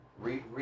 read